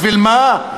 בשביל מה?